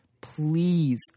Please